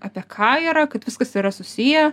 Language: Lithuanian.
apie ką yra kad viskas yra susiję